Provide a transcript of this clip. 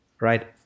right